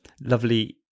Lovely